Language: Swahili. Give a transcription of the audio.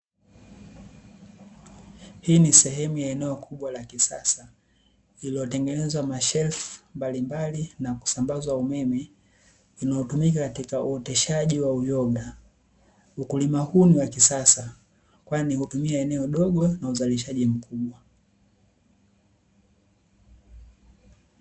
Hii ni sehemuya eneo kubwa ya kisasa iliyotengenezwa mashelfu mbalimbali na kusambazwa umeme na inayotumika katika uoteshwaji wa uyoga . Ukulima huu ni wa kisasa kwani hutumia eneo dogo na uzalishaji mkubwa .